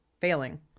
failing